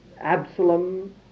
Absalom